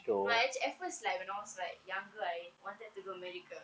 my at at first like when I was like younger I wanted to go america